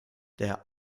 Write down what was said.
der